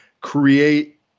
create